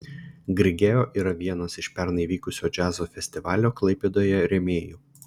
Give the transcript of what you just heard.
grigeo yra vienas iš pernai vykusio džiazo festivalio klaipėdoje rėmėjų